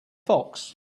fox